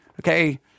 okay